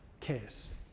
case